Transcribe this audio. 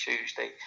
Tuesday